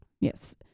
Yes